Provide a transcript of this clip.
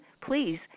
please